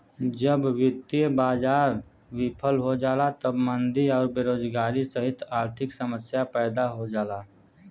जब वित्तीय बाजार विफल हो जाला तब मंदी आउर बेरोजगारी सहित आर्थिक समस्या पैदा हो जाला